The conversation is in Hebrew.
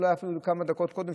ואולי אפילו כמה דקות לפני כן,